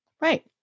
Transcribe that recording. Right